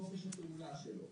לחופש הפעולה שלו.